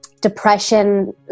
depression